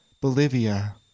Bolivia